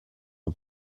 nur